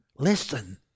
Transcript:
Listen